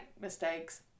mistakes